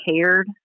cared